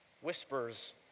Whispers